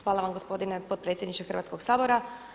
Hvala vam gospodine potpredsjedniče Hrvatskog sabora.